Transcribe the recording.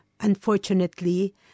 unfortunately